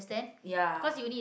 ya